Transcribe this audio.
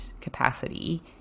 capacity